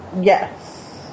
yes